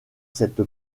cette